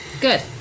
good